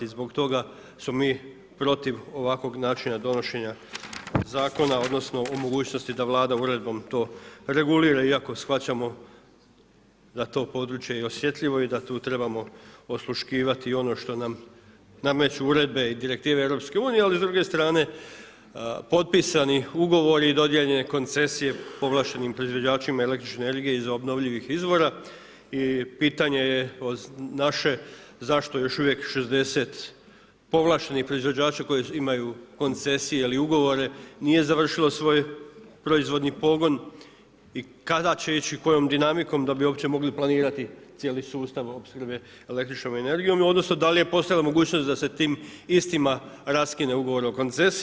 Zbog toga smo mi protiv ovakvog načina donošenja zakona, odnosno o mogućnosti da Vlada uredbom to regulira iako shvaćamo da to područje je osjetljivo i da tu trebamo osluškivati i ono što nam nameću uredbe i direktive EU, ali s druge strane potpisani ugovori i dodijeljene koncesije povlaštenim proizvođačima električne energije iz obnovljivih izvora i pitanje je naše zašto još uvijek 60 povlaštenih proizvođača koji imaju koncesije ili ugovore nije završilo svoj proizvodni pogon i kada će ići kojom dinamikom da bi uopće mogli planirati cijeli sustav opskrbe električnom energijom, odnosno da li je postojala mogućnost da se tim istima raskine ugovor o koncesiji.